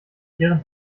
kehren